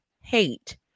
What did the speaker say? hate